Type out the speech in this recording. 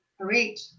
Great